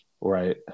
Right